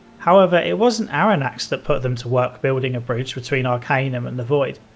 however, it wasn't arronax that put them to work building a bridge between arcanum and the void.